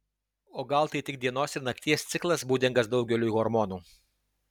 o gal tai tik dienos ir nakties ciklas būdingas daugeliui hormonų